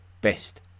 best